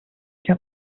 can